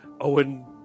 Owen